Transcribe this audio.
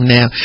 Now